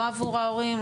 לא עבור ההורים,